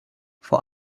vor